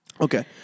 Okay